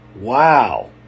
Wow